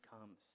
comes